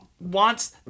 wants